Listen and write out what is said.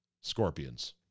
scorpions